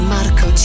Marco